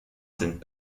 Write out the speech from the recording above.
sind